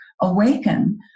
awaken